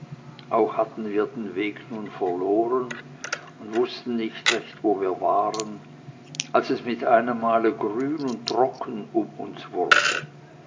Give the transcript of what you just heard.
auch hatten wir den weg nun verloren und wußten nicht recht wo wir waren als es mit einem male grün und trocken um uns wurde